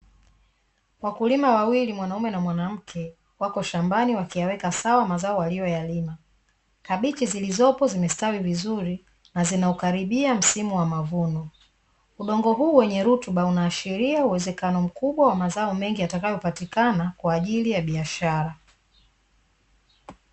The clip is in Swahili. Wakulima wawili mwanaume na mwanamke wako shambani wakiyaweka sawa mazao waliyoyalima, kabichi zilizopo zimestawi vizuri na zinaukaribia msimu wa mavuno, udongo huu wenye rutuba unaashiria mazao mengi yatakayo patikana kwa ajili ya biashara.